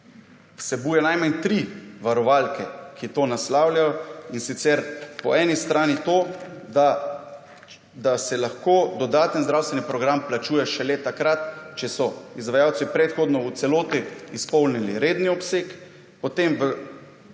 vsebuje najmanj tri varovalke, ki to naslavljajo, in sicer po eni strani to, da se lahko dodaten zdravstveni program plačuje šele takrat, če so izvajalci predhodno v celoti izpolnili redni obseg. Potem